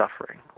suffering